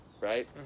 right